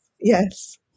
Yes